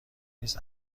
نیز